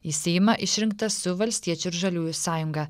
į seimą išrinktas su valstiečių ir žaliųjų sąjunga